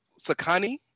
Sakani